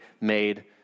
made